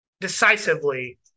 decisively